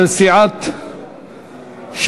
של סיעת ש"ס: